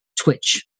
twitch